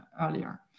earlier